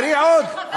תראי עוד,